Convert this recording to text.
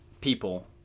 people